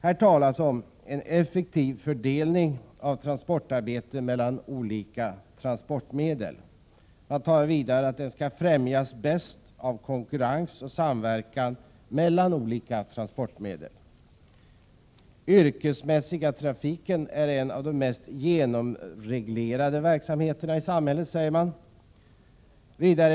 Här talas om en effektiv fördelning av transportarbetet mellan olika transportme del och om att effektiviteten bäst främjas av konkurrens och samverkan mellan olika transportmedel. Den yrkesmässiga trafiken är en av de mest genomreglerade verksamheterna i samhället, säger man.